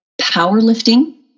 powerlifting